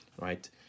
right